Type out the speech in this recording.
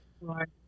Right